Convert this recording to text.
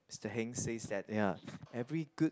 Mister Heng says that ya every good